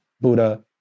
Buddha